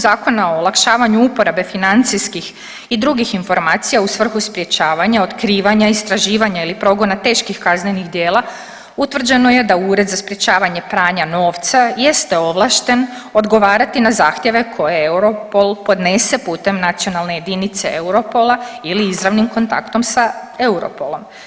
Zakona o olakšavanju uporabe financijskih i drugih informacija u svrhu sprječavanja, otkrivanja, istraživanja ili progona teških kaznenih djela utvrđeno je da Ured za sprječavanje pranja novca jeste ovlašten odgovarati na zahtjeve koje EUROPOL podnese putem nacionalne jedinice EUROPOL-a ili izravnim kontaktom sa EUROPOL-om.